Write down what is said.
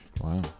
Wow